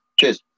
Cheers